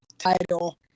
Title